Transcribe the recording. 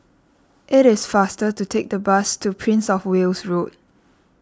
it is faster to take the bus to Prince of Wales Road